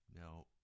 Now